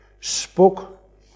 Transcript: spoke